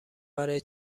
برای